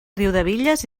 riudebitlles